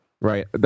right